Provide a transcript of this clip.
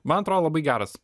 man atrodo labai geras